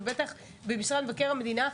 ובטח במשרד מבקר המדינה,